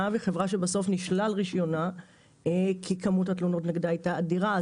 וחברה שבסוף נשלל רישיונה כי כמות התלונות נגדה הייתה אדירה.